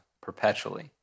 perpetually